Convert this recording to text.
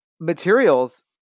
Materials